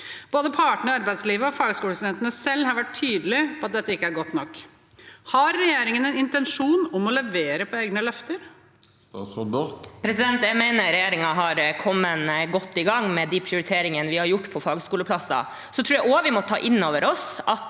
Både partene i arbeidslivet og fagskolestudentene selv har vært tydelige på at dette ikke er godt nok. Har regjeringen en intensjon om å levere på egne løfter? Statsråd Sandra Borch Jeg mener regjer- ingen har kommet godt i gang med de prioriteringene vi har gjort på fagskoleplasser. Jeg tror også vi må ta inn over oss at